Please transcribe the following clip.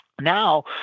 Now